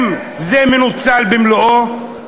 מנוצלים במלואם?